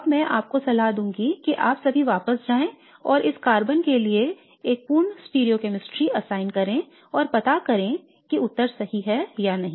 अब मैं आपको सलाह दूंगा कि आप सभी वापस जाएँ और इस कार्बन के लिए पूर्ण स्टिरियोकेमिस्ट्री असाइन करें और पता करें कि उत्तर सही है या नहीं